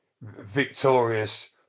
victorious